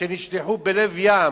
שנשלחו בלב ים.